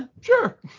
sure